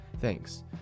Thanks